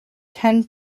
ten